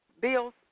Bills